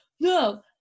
no